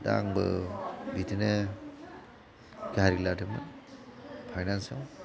दा आंबो बिदिनो गारि लादोंमोन फाइनेन्सआव